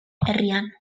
herrian